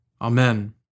Amen